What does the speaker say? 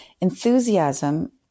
Enthusiasm